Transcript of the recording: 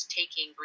taking